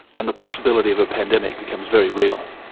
and the possibility of a pandemic becomes very real.